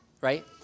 right